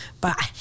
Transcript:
Bye